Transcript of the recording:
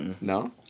No